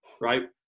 right